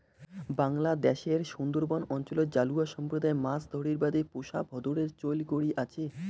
বাংলাদ্যাশের সুন্দরবন অঞ্চলত জালুয়া সম্প্রদায় মাছ ধরির বাদে পোষা ভোঁদরের চৈল করি আচে